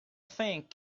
thing